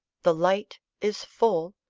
the light is full,